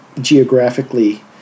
geographically